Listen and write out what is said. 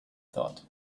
thought